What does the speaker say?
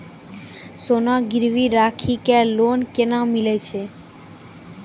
सोना गिरवी राखी कऽ लोन केना मिलै छै?